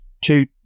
two